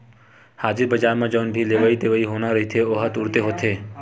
हाजिर बजार म जउन भी लेवई देवई होना रहिथे ओहा तुरते होथे